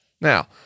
Now